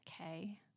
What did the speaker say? Okay